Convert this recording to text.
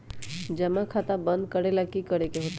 जमा खाता बंद करे ला की करे के होएत?